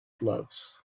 gloves